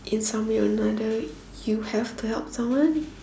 in some way or another you have to help someone